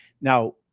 Now